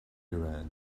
iran